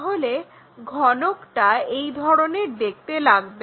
তাহলে ঘনকটা এই ধরনের দেখতে লাগবে